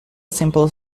simple